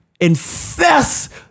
Infest